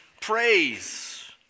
praise